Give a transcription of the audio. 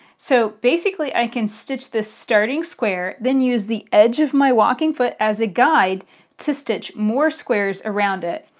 so basically i can stitch this starting square then use the edge of my walking foot as a guide to stitch more squares around it.